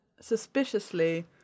suspiciously